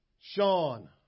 sean